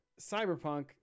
Cyberpunk